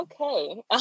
Okay